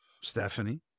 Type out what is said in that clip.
Stephanie